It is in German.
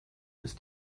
ist